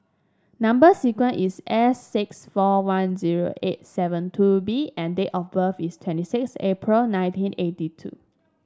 number sequence is S six four one zero eight seven two B and date of birth is twenty six April nineteen eighty two